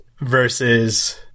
versus